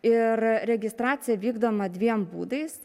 ir registracija vykdoma dviem būdais